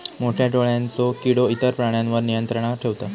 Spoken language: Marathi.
मोठ्या डोळ्यांचो किडो इतर प्राण्यांवर नियंत्रण ठेवता